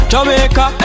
Jamaica